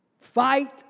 fight